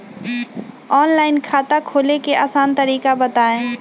Online खाता खोले के आसान तरीका बताए?